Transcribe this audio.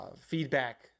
feedback